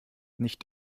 nicht